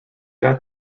that